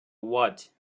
what